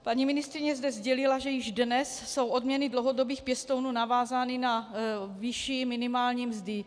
Paní ministryně zde sdělila, že již dnes jsou odměny dlouhodobých pěstounů navázány na výši minimální mzdy.